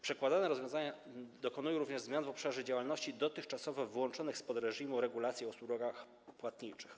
Przedkładane rozwiązania dokonują również zmian w obszarze działalności dotychczasowo wyłączonych spod reżimu regulacji o usługach płatniczych.